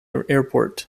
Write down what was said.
airport